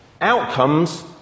Outcomes